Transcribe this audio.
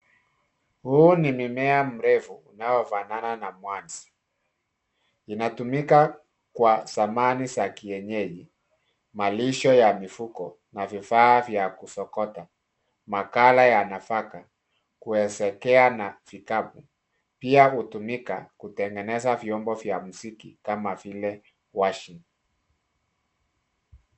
Huu ni mimea mrefu unaofanana na mwanzi. Inatumika kwa zamani za kienyeji, malisho ya mifuko na vifaa vya kusokota. Makala ya nafaka kuezekea na vikapu. Pia, hutumika kutengeneza vyombo vya muziki, kama vile washi.